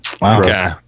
Wow